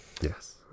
Yes